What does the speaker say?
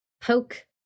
poke